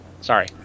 Sorry